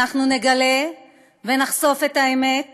אנחנו נגלה ונחשוף את האמת,